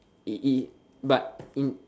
he he but he